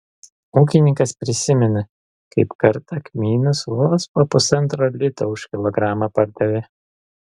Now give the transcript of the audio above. ūkininkas prisimena kaip kartą kmynus vos po pusantro lito už kilogramą pardavė